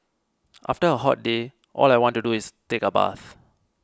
after a hot day all I want to do is take a bath